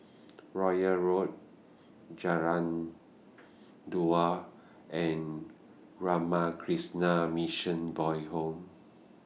Royal Road Jalan Duad and Ramakrishna Mission Boys' Home